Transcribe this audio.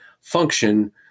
function